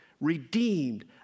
Redeemed